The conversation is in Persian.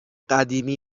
قدیمی